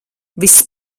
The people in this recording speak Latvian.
viss